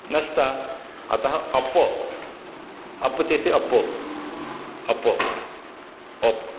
नष्टा अतः अप्पो अप्पु चेसि अप्पो अप्पो ओपो